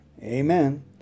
Amen